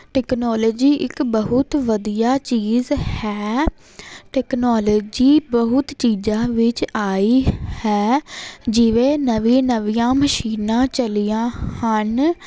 technology ਇੱਕ ਬਹੁਤ ਵਧੀਆ ਚੀਜ਼ ਹੈ ਟੈਕਨੋਲਜੀ ਬਹੁਤ ਚੀਜਾਂ ਵਿੱਚ ਆਈ ਹੈ ਜਿਵੇਂ ਨਵੀਂ ਨਵੀਂਆਂ ਮਸ਼ੀਨਾਂ ਚੱਲੀਆਂ ਹਨ